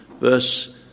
verse